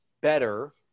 better